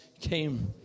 came